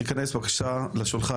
תיכנס בבקשה לשולחן,